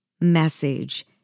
message